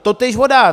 Totéž vodáci.